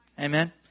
Amen